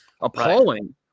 appalling